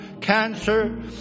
cancer